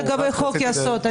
לגבי חוק יסוד.